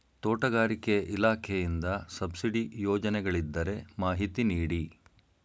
ತೋಟಗಾರಿಕೆ ಇಲಾಖೆಯಿಂದ ಸಬ್ಸಿಡಿ ಯೋಜನೆಗಳಿದ್ದರೆ ಮಾಹಿತಿ ನೀಡಿ?